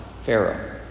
Pharaoh